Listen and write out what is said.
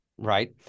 Right